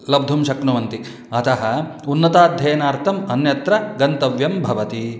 लब्धुं शक्नुवन्ति अतः उन्नताध्ययनार्थम् अन्यत्र गन्तव्यं भवति